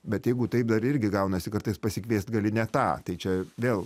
bet jeigu taip dar irgi gaunasi kartais pasikviest gali ne tą tai čia vėl